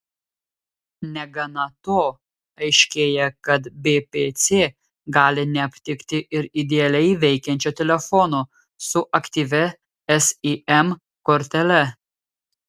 negana to aiškėja kad bpc gali neaptikti ir idealiai veikiančio telefono su aktyvia sim kortele